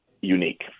unique